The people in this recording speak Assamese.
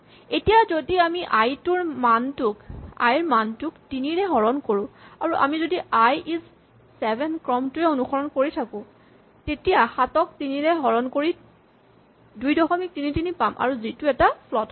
এতিয়া যদি আমি আই ৰ মানটোক ৩ ৰে হৰণ কৰো আৰু আমি যদি আই ইজ ৭ ক্ৰমটো অনুসৰণ কৰি থাকো তেতিয়া ৭ ক ৩ ৰে হৰণ কৰি ২৩৩ পাম আৰু যিটো এটা ফ্লট হ'ব